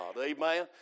Amen